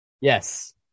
yes